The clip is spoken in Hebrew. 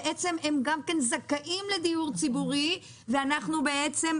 בעצם הם גם כן זכאים לדיור ציבורי ואנחנו בעצם,